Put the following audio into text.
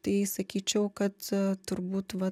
tai sakyčiau kad turbūt va